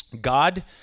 God